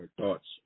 thoughts